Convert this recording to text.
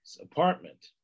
Apartment